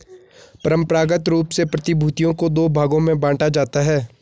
परंपरागत रूप से प्रतिभूतियों को दो भागों में बांटा जाता है